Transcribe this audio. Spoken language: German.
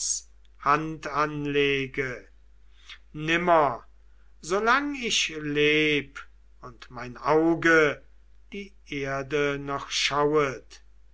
hand anlege nimmer solang ich leb und mein auge die erde noch schauet